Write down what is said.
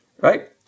Right